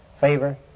favor